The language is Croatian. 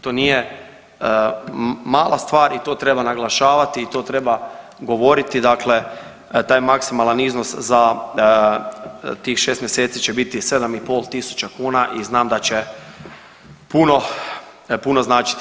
To nije mala stvar i to treba naglašavati i to treba govoriti dakle taj maksimalan iznos za tih 6 mjeseci će biti 7.500 kuna i znam da će puno, puno značiti.